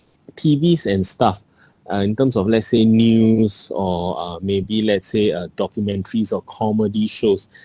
T_Vs and stuff uh in terms of let's say news or uh maybe let's say uh documentaries or comedy shows